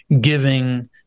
giving